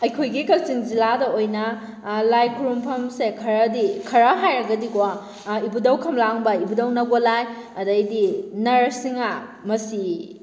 ꯑꯩꯈꯣꯏꯒꯤ ꯀꯛꯆꯤꯡ ꯖꯤꯂꯥꯗ ꯑꯣꯏꯅ ꯂꯥꯏ ꯈꯨꯔꯨꯝꯐꯝꯁꯦ ꯈꯔꯗꯤ ꯈꯔ ꯍꯥꯏꯔꯒꯗꯤꯀꯣ ꯏꯕꯨꯙꯧ ꯈꯝꯂꯥꯡꯕ ꯏꯕꯨꯙꯧ ꯅꯧꯒꯣꯂꯥꯏ ꯑꯗꯒꯤꯗꯤ ꯅꯔ ꯁꯤꯡꯍꯥ ꯃꯁꯤ